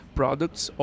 products